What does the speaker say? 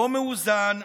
לא מאוזן,